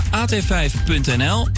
at5.nl